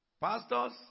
Pastors